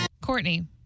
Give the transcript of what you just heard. Courtney